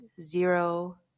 zero